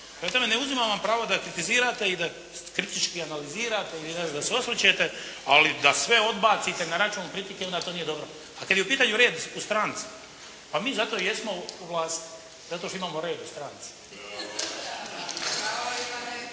Prema tome, ne uzimam vam pravo da kritizirate i da kritički analizirate ili ne znam da se osvrćete, ali da sve odbacite na račun kritike, onda to nije dobro. A kada je u pitanju red u stranci. Pa mi zato jesmo u vlasti. Zato što imamo red u stranci.